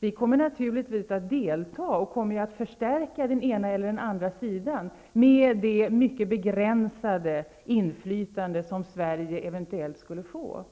Vi kommer naturligtvis att delta och förstärka den ena eller andra sidan med det mycket begränsade inflytande Sverige eventuellt skulle få.